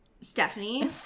Stephanie